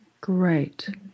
Great